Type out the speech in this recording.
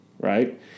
right